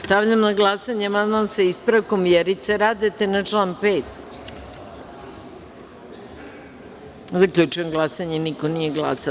Stavljam na glasanje amandman, sa ispravkom, Vjerice Radete na član 5. Zaključujem glasanje – niko nije glasao.